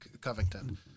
Covington